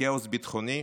כאוס ביטחוני,